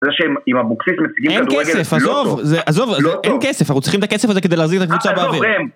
זה שהם עם האבוקסיסים מציגים כדורגל לא טוב, לא טוב, לא טוב, אין כסף, אנו צריכים את הכסף הזה כדי להזיג את הקבוצה באוויר